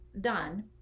done